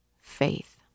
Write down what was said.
faith